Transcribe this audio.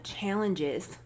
challenges